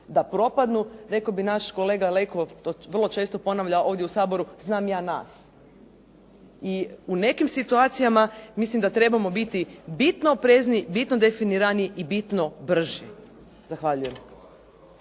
da propadnu. Rekao bi naš kolega Leko to vrlo često ponavlja ovdje u Saboru, znam ja nas. I u nekim situacijom mislim da trebamo biti bitno oprezniji, bitno definiraniji i bitno brži. Zahvaljujem.